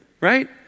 right